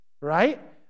right